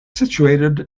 situated